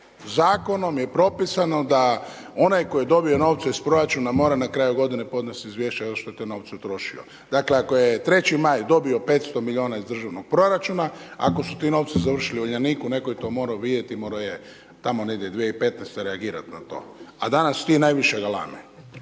zakonom je propisano da onaj tko je dobio novce iz proračuna mora na kraju godine podnesti izvješće na što je te novce utrošio. Dakle ako je 3. Maj dobio 500 milijuna iz državnog proračuna, ako su ti novci završili u Uljaniku, netko je to morao vidjeti i morao je tamo negdje 2015. reagirati na to. A danas ti najviše galame.